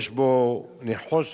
יש בו נחושת,